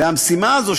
והמשימה הזאת,